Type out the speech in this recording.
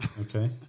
Okay